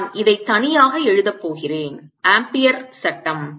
நான் இதைத் தனியாக எழுதப் போகிறேன் ஆம்பியர் சட்டம் Ampere's law